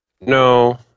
No